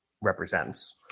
represents